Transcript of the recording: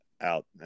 out